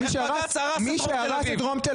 מי שהרס את דרום תל אביב,